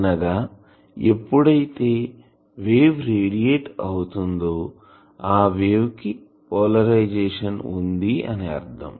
అనగా ఎప్పుడైతే wave radiate అవుతుందో అప్పుడు ఆ వేవ్ కి పోలరైజేషన్ ఉంది అని అర్ధం